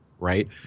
right